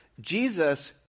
Jesus